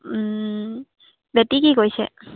বেটি কি কৰিছে